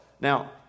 Now